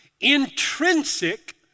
intrinsic